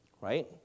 right